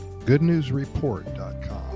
goodnewsreport.com